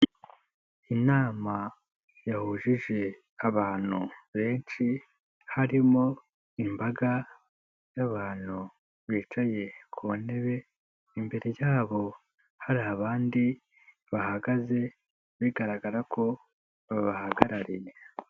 Inama yahujije abantu benshi harimo imbaga y'abantu bicaye ku ntebe, imbere yabo hari abandi bahagaze bigaragara ko babahagarariye.